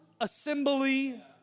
assembly